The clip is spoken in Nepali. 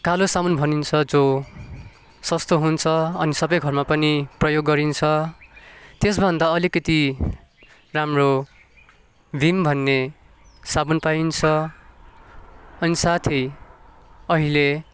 कालो साबुन भनिन्छ जो सस्तो हुन्छ अनि सबै घरमा पनि प्रयोग गरिन्छ त्यसभन्दा अलिकति राम्रो भिम भन्ने साबुन पाइन्छ अनि साथै अहिले